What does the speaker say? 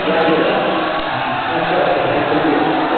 जय झूलेलाल अचो अचो साईं जल्दी अचो